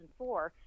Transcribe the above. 2004